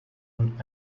und